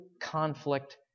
conflict